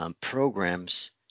programs